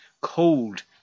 cold